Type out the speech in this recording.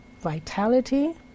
vitality